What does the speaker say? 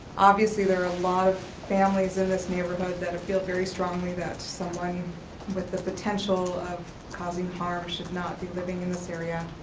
obviously there are a lot of families in this neighborhood that feel very strongly that someone with the potential of causing harm should not be living in this area.